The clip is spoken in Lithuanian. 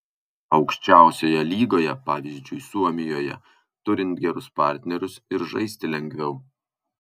aukščiausioje lygoje pavyzdžiui suomijoje turint gerus partnerius ir žaisti lengviau